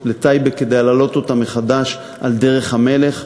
לטייבה כדי להעלות אותה מחדש על דרך המלך.